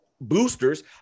boosters